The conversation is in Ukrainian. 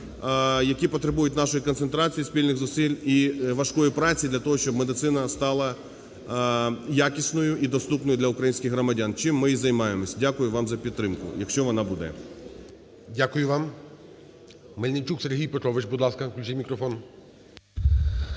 які потребують нашої концентрації, спільних зусиль і важкої праці для того, щоб медицина стала якісною і доступною для українських громадян, чим ми і займаємося. Дякую вам за підтримку, якщо вона буде. ГОЛОВУЮЧИЙ. Дякую вам. Мельничук Сергій Петрович, будь ласка. Включіть мікрофон.